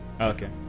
Okay